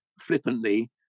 flippantly